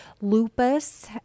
lupus